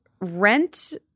rent